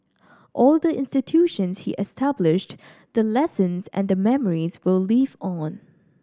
all the institutions he established the lessons and the memories will live on